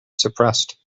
suppressed